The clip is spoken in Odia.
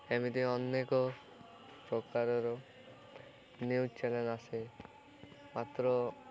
ଏମିତି ଅନେକ ପ୍ରକାରର ନ୍ୟୁଜ୍ ଚ୍ୟାନେଲ୍ ଆସେ ମାତ୍ର